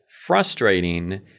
frustrating